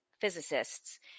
physicists